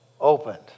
opened